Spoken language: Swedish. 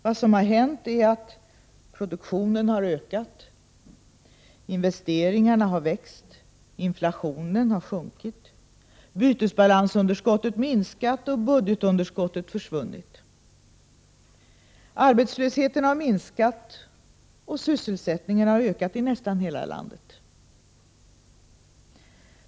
Vad som har hänt är att produktionen har ökat, investeringarna har växt, inflationen har sjunkit, bytesbalansunderskottet minskat och budgetunder skottet försvunnit. Arbetslösheten har minskat och sysselsättningen har ökat i nästan hela landet.